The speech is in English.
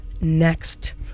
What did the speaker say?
next